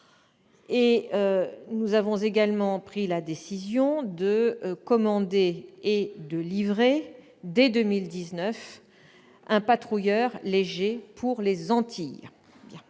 Nous avons également pris la décision de commander et de livrer, dès 2019, un patrouilleur léger pour les Antilles.